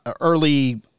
early